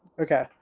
okay